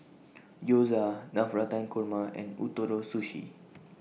Gyoza Navratan Korma and Ootoro Sushi